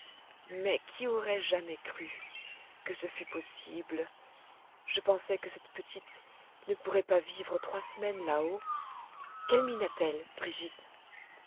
mais qui aurait ja mais cru que ce fût possible je pensais que cette petite ne pourrait pas vivre trois semaines là-haut quelle mine a-t-elle brigitte